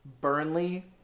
Burnley